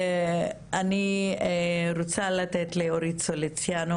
אני רוצה לתת לאורית סוליציאנו,